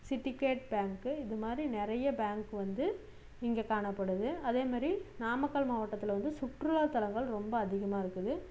Syndicate bank இது மாதிரி நிறைய பேங்க் வந்து இங்கே காணப்படுது அதே மாதிரி நாமக்கல் மாவட்டத்தில் வந்து சுற்றுலா தலங்கள் ரொம்ப அதிகமாக இருக்குது